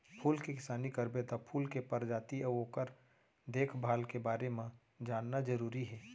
फूल के किसानी करबे त फूल के परजाति अउ ओकर देखभाल के बारे म जानना जरूरी हे